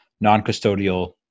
non-custodial